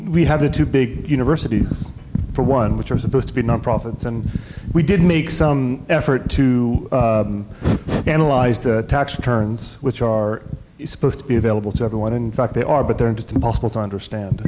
we have the two big universities for one which are supposed to be nonprofits and we did make some effort to analyze the tax returns which are supposed to be available to everyone in fact they are but they're just impossible to understand